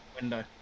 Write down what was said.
window